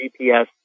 GPS